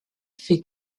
fait